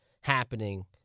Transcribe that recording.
happening